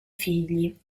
figli